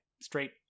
straight